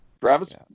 Travis